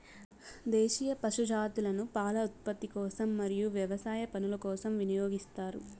దేశీయ పశు జాతులను పాల ఉత్పత్తి కోసం మరియు వ్యవసాయ పనుల కోసం వినియోగిస్తారు